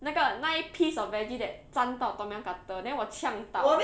那个那一 piece of vegetables that 粘到 tom yum curry then 我抢打